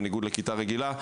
בניגוד לכיתה רגילה,